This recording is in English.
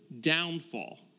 downfall